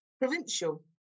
provincial